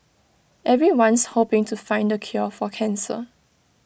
everyone's hoping to find the cure for cancer